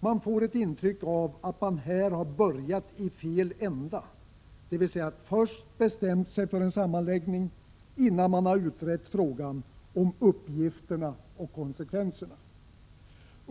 Man får ett intryck av att man här börjat i fel ända, dvs. att man först bestämt sig för en sammanslagning innan man utrett frågan om uppgifterna och konsekvenserna.